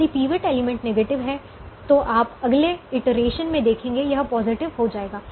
यदि pivot element negative है तो आप अगले इटरेशन में देखेंगे यह पॉजिटिव हो जाएगा